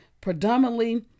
predominantly